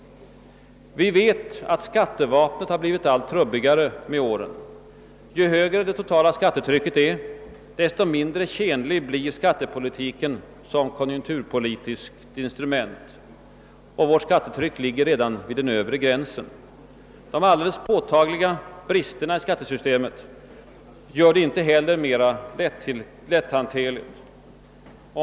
Vi vet att skattevapnet blir allt trubbigare med åren. Ju högre det totala skattetrycket är, desto mindre tjänlig blir skattepolitiken som konjunkturpolitiskt instrument. Vårt skattetryck ligger redan vid den övre gränsen. De mycket påtagliga bristerna i skattesystemet gör inte heller detta mer lätthanterligt.